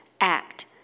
act